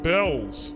Bells